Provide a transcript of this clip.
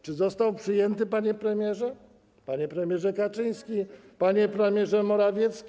Czy został przyjęty, panie premierze, panie premierze Kaczyński, panie premierze Morawiecki?